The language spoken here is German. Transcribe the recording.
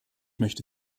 möchte